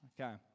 okay